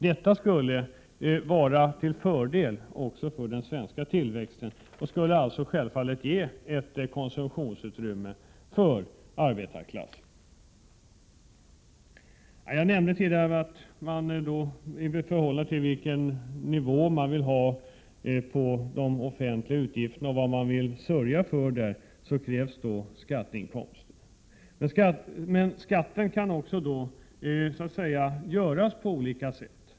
Det skulle vara till fördel också för den svenska tillväxten, och skulle självfallet ge ett konsumtionsutrymme för arbetarklassen: 'Jag nämnde tidigare att det krävs skatteinkomster i förhållande till den nivå man vill ha på de offentliga utgifterna, i förhållande till vad man där vill sörja för. Men skatten kan också utformas på olika sätt.